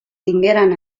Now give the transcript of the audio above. tingueren